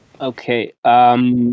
Okay